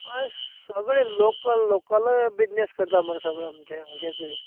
हय सगळें local local business करतां मरें सगळें आमचें हांगचेच